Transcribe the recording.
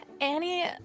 Annie